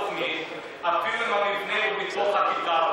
אפילו אם המבנה בתוך הכפר,